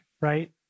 right